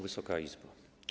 Wysoka Izbo!